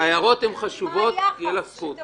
ההערות חשובות ותהיה לך זכות.